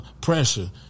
pressure